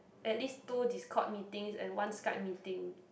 at least two Discord meetings and one Skype meeting